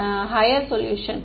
மாணவர் higher resolution